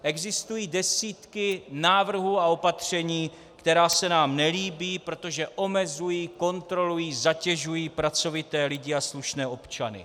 Existují desítky návrhů a opatření, která se nám nelíbí, protože omezují, kontrolují, zatěžují pracovité lidi a slušné občany.